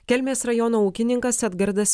kelmės rajono ūkininkas edgardas